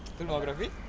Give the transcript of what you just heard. filmography